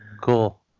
Cool